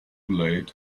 late